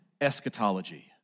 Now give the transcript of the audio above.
eschatology